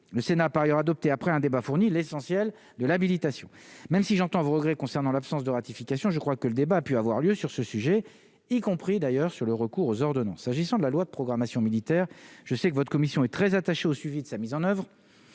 le Sénat a par ailleurs adopté après un débat fournit l'essentiel de l'habilitation, même si j'entends vos regrets concernant l'absence de ratification, je crois que le débat a pu avoir lieu sur ce sujet, y compris d'ailleurs sur le recours aux ordonnances, s'agissant de la loi de programmation militaire, je sais que votre commission est très attaché au suivi de sa mise en oeuvre,